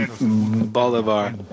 Bolivar